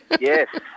Yes